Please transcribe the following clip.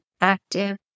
active